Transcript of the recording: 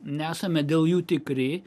nesame dėl jų tikri